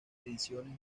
ediciones